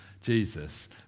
Jesus